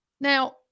Now